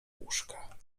łóżka